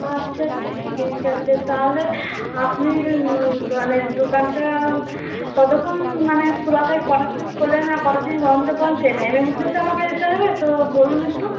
আচ্ছা ঠিক আছে তাহলে আপনি মানে দোকানটা কতক্ষণ মানে খোলা থাকবে কটার সময় খোলেন আর কটার সময় বন্ধ করেন সেই টাইমের মধ্যে তো আমাকে যেতে হবে তো বলুন একটু